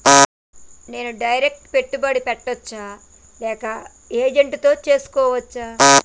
నేను డైరెక్ట్ పెట్టుబడి పెట్టచ్చా లేక ఏజెంట్ తో చేస్కోవచ్చా?